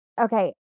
Okay